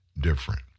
different